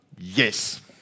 Yes